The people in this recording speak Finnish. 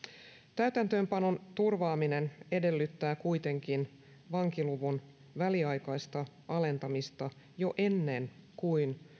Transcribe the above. täytäntöönpanon turvaaminen edellyttää kuitenkin vankiluvun väliaikaista alentamista jo ennen kuin